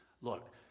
Look